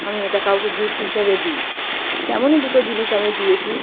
আমি এটা কাউকে গিফট হিসাবে দিই তেমনই দুটো জিনিস আমি দিয়েছি